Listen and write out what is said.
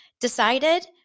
decided